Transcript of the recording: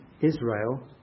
Israel